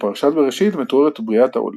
בפרשת בראשית מתוארת בריאת העולם,